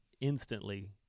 instantly